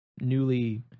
newly